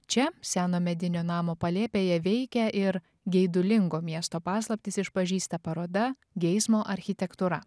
čia seno medinio namo palėpėje veikia ir geidulingo miesto paslaptis išpažįsta paroda geismo architektūra